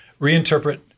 reinterpret